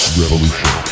revolution